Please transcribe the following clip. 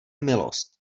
milost